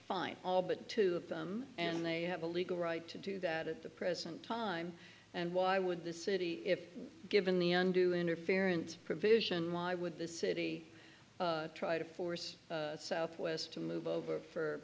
fine all but two of them and they have a legal right to do that at the present time and why would the city if given the undue interference provision why would the city try to force southwest to move over for